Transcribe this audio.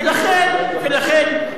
ולכן, ולכן.